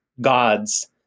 gods